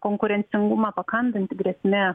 konkurencingumą pakandanti grėsmė